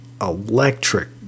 electric